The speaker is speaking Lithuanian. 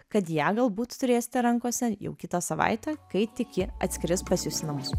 kad ją galbūt turėsite rankose jau kitą savaitę kai tik ji atskris pas jus į namus